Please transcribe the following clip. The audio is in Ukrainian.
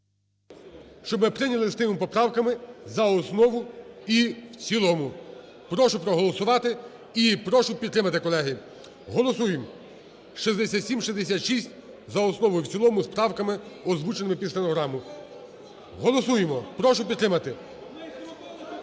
щоб ми прийняли з тими поправками за основу і в цілому. Прошу проголосувати і прошу підтримати, колеги. Голосуємо 6766 за основу і в цілому, з правками, озвученими під стенограму. Голосуємо, прошу підтримати.